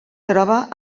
troba